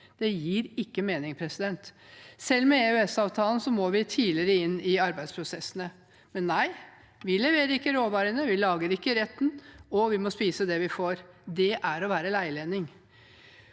Det gir ikke mening. Selv med EØS-avtalen må vi tidligere inn i arbeidsprosessene – men nei, vi leverer ikke råvarene, vi lager ikke retten, og vi må spise det vi får. Det er å være leilending.